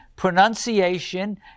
Pronunciation